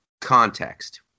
context –